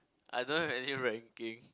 I don't have any ranking